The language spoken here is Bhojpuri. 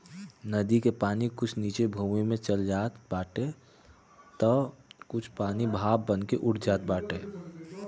नदी के पानी कुछ नीचे भूमि में चल जात बाटे तअ कुछ पानी भाप बनके उड़ जात बाटे